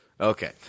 Okay